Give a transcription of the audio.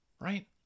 right